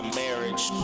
marriage